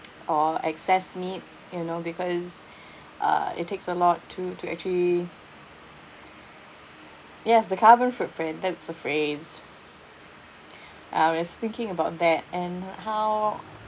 or excess meat you know because uh it takes a lot to to actually yes the carbon footprint that's the phrase I was thinking about that and how